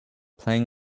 playing